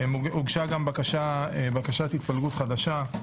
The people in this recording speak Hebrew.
הוגשה גם בקשת התפלגות חדשה.